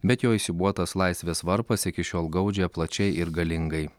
bet jo įsiūbuotas laisvės varpas iki šiol gaudžia plačiai ir galingai